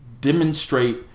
demonstrate